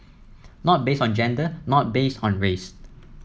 not based on gender not based on race